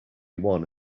one